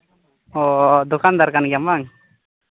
ᱚ ᱫᱚᱠᱟᱱᱫᱟᱨ ᱠᱟᱱ ᱜᱮᱭᱟᱢ ᱵᱟᱝ